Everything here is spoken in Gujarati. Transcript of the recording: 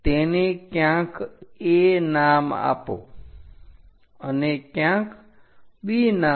તેને ક્યાંક A નામ આપો અને ક્યાંક B નામ